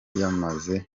yamaze